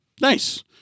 Nice